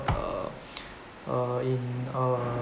uh uh in uh